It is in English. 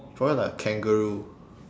probably like a kangaroo